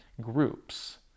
groups